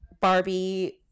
barbie